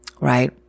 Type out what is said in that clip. right